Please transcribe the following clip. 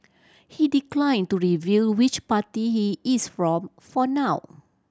he declined to reveal which party he is from for now